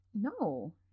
No